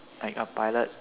like a pilot